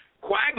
quagmire